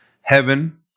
heaven